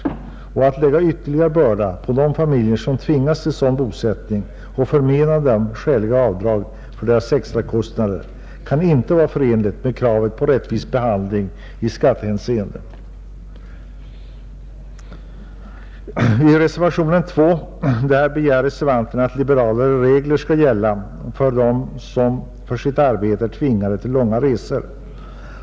Att lägga ytterligare börda på de familjer som tvingas till sådan bosättning och förmena dem skäliga avdrag för deras extrakostnader kan inte vara förenligt med kravet på en rättvis behandling i skattehänseende. I reservationen 2 begär reservanterna att liberalare regler skall gälla för dem som för sitt arbete är tvingade till långa resor.